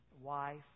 wife